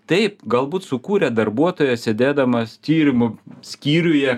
taip galbūt sukūrė darbuotojas sėdėdamas tyrimo skyriuje